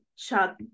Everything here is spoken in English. chat